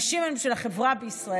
נשים הן של החברה בישראל,